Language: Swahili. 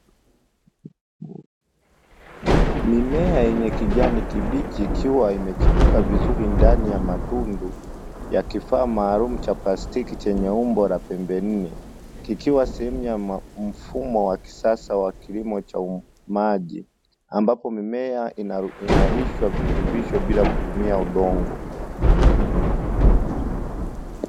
Mimea yenye kijani kibichi ikiwa imechipuka vizuri ndani ya matundu ya kifaa maalumu cha plastiki chenye umbo la pembe nne, kikiwa sehemu ya mfumo wa kisasa wa kilimo cha maji ambapo mimea inalishwa virutubisho bila kutumia udongo.